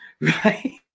right